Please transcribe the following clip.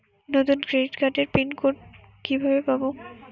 নতুন ক্রেডিট কার্ডের pin code কিভাবে পাব?